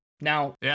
Now